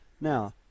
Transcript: Now